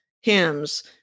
hymns